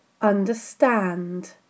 Understand